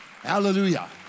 Hallelujah